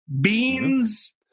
beans